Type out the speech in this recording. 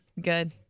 good